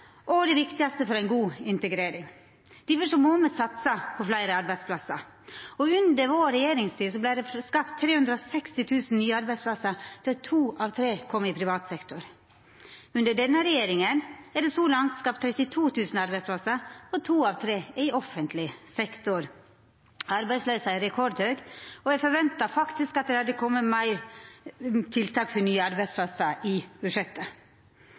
og det viktigaste for ei god integrering. Difor må me satsa på fleire arbeidsplassar. Under regjeringstida vår vart det skapt 360 000 nye arbeidsplassar, der to av tre kom i privat sektor. Under denne regjeringa er det så langt skapt 32 000 arbeidsplassar, og to av tre er i offentleg sektor. Arbeidsløysa er rekordhøg, og eg forventa faktisk at det hadde kome fleire tiltak for nye arbeidsplassar i budsjettet.